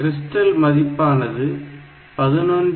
crystal மதிப்பானது 11